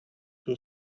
two